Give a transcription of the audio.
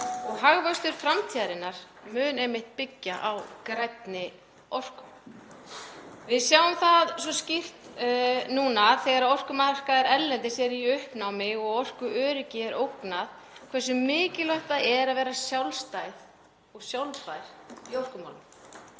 og hagvöxtur framtíðarinnar mun einmitt byggjast á grænni orku. Við sjáum það svo skýrt núna þegar orkumarkaðir erlendis eru í uppnámi og orkuöryggi er ógnað hversu mikilvægt það er að vera sjálfstæð og sjálfbær í orkumálum.